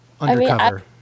undercover